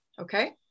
Okay